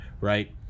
right